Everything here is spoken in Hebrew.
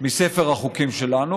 מספר החוקים שלנו,